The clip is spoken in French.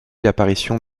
l’apparition